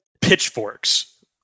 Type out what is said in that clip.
pitchforks